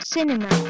Cinema